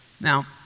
Now